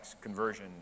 conversion